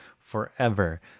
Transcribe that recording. forever